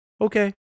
okay